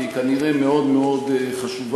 כי היא באמת מאוד מאוד חשובה,